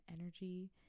energy